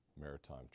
maritime